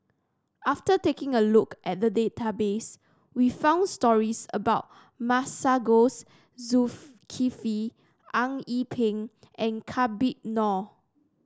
after taking a look at the database we found stories about Masagos Zulkifli Eng Yee Peng and Habib Noh